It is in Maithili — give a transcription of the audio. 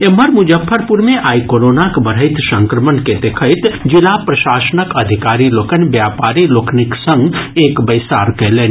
एम्हर मुजफ्फरपुर मे आइ कोरोनाक बढ़ैत संक्रमण के देखैत जिला प्रशासनक अधिकारी लोकनि व्यापारी लोकनिक संग एक बैसार कयलनि